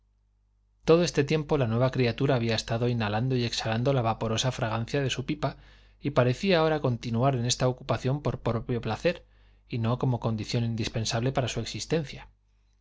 todo este tiempo la nueva criatura había estado inhalando y exhalando la vaporosa fragancia de su pipa y parecía ahora continuar en esta ocupación por propio placer y no como condición indispensable para su existencia